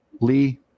Lee